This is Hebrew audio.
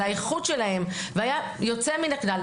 על האיכות שלהם והיה יוצא מן הכלל.